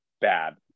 bad